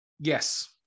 Yes